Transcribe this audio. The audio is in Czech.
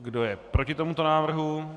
Kdo je proti tomuto návrhu?